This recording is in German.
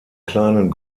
kleinen